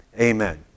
amen